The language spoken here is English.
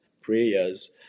prayers